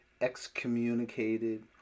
excommunicated